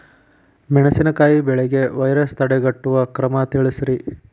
ಮೆಣಸಿನಕಾಯಿ ಬೆಳೆಗೆ ವೈರಸ್ ತಡೆಗಟ್ಟುವ ಕ್ರಮ ತಿಳಸ್ರಿ